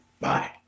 Bye